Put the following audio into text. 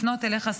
לפנות אליך,